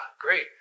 great